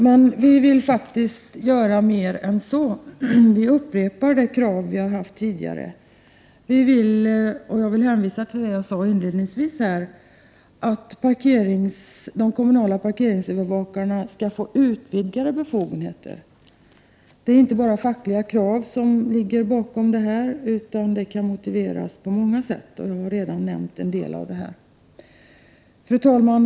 Men vi vill faktiskt göra mer än så. Vi upprepar det krav vi har haft tidigare. Vi vill — och jag hänvisar till det som jag sade inledningsvis — att de kommunala parkeringsövervakarna skall få utvidgade befogenheter. Det är inte bara fackliga krav som ligger bakom detta, utan det kan motiveras på många sätt. Jag har redan nämnt en del. Fru talman!